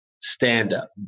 stand-up